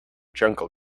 jungle